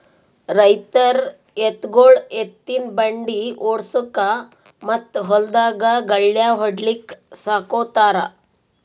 ರೈತರ್ ಎತ್ತ್ಗೊಳು ಎತ್ತಿನ್ ಬಂಡಿ ಓಡ್ಸುಕಾ ಮತ್ತ್ ಹೊಲ್ದಾಗ್ ಗಳ್ಯಾ ಹೊಡ್ಲಿಕ್ ಸಾಕೋತಾರ್